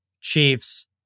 Chiefs